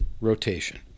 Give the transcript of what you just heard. rotation